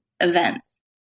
events